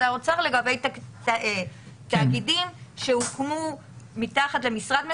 האוצר לגבי תאגידים שהוקמו מתחת למשרד מסוים,